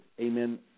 amen